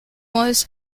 was